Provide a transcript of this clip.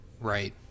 Right